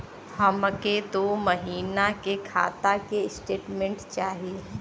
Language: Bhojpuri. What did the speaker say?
हमके दो महीना के खाता के स्टेटमेंट चाही?